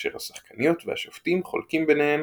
כאשר השחקניות והשופטים חולקים ביניהם